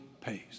pays